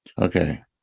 Okay